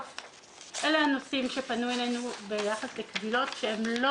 אלה הנושאים שפנו אלינו ביחס לקבילות שהן לא